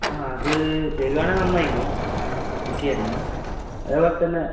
ആ അത് വരികയാണെങ്കിൽ നന്നായിരുന്നു ബുക്ക് ചെയ്യാമായിരുന്നു അതുപോലെതന്നെ